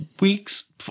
weeks